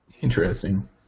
Interesting